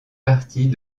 partie